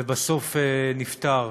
ובסוף נפטר.